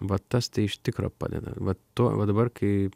va tas tai iš tikro padeda vat tuo va dabar kai